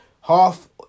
half